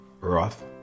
Roth